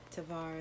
Tavares